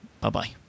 Bye-bye